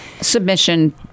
submission